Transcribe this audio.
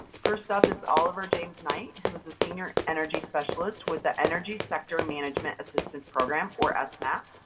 first up is oliver james knight, who is the senior energy specialist with the energy sector management assistance program, or esmap,